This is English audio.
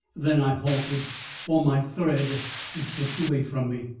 then i halted for my thread had slipped away from me.